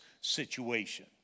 situation